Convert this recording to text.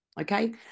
okay